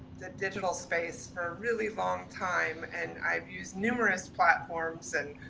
the digital space for a really long time and i've used numerous platforms and